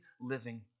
living